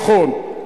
נכון,